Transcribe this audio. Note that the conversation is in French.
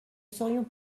saurions